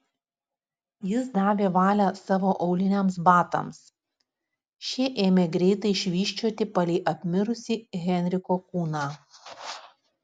jis davė valią savo auliniams batams šie ėmė greitai švysčioti palei apmirusį henriko kūną